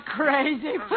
crazy